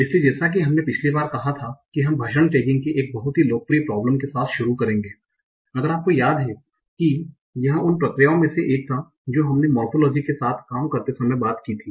इसलिए जैसा कि हमने पिछली बार कहा था हम भाषण टैगिंग के एक बहुत ही लोकप्रिय प्रोबलम के साथ शुरू करेंगे अगर आपको याद है कि यह उन प्रक्रियाओं में से एक था जो हमने मोरफोलोजी के साथ काम करते समय बात की थी